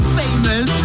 famous